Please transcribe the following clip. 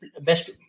best